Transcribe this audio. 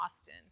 Austin